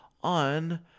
on